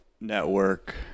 network